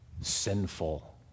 sinful